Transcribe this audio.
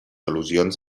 al·lusions